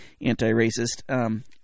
anti-racist